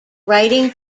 writing